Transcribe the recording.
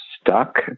stuck